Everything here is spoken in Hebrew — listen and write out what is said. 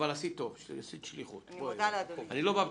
אבל עשית היטב, עשית שליחות, אני לא בא בטענות.